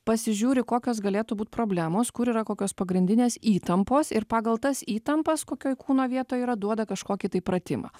pasižiūri kokios galėtų būt problemos kur yra kokios pagrindinės įtampos ir pagal tas įtampas kokioj kūno vietoj yra duoda kažkokį tai pratimą